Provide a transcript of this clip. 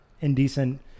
indecent